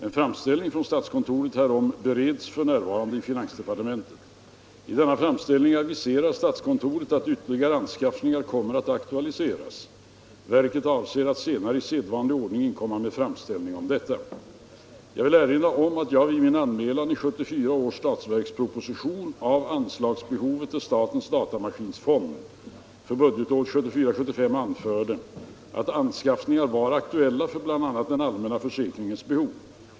En framställning från statskontoret härom bereds f. n. i finansdepartementet. I denna framställning aviserar statskontoret att ytterligare anskaffningar kommer att aktualiseras. Verket avser att senare i sedvanlig ordning inkomma med framställning om detta. Jag vill erinra om att jag vid min anmälan i 1974 års statsverksproposition av anslagsbehovet till statens datamaskinfond för budgetåret 1974/75 anförde att anskaffningar var aktuella för bl.a. den allmänna försäkringens behov.